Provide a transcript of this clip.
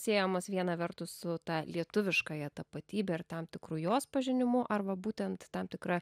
siejamas viena vertus su ta lietuviškąja tapatybe ir tam tikru jos pažinimu arba būtent tam tikra